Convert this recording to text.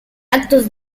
actos